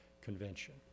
convention